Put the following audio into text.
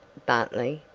bartley?